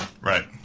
Right